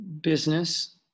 business